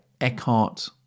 Eckhart